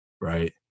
right